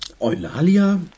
Eulalia